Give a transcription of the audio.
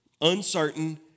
uncertain